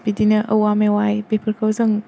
बिदिनो औवा मेवाइ बेफोरखौ जों